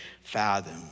fathom